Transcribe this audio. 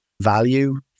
value